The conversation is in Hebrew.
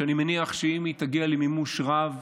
שאני מניח שאם היא תגיע למימוש רב,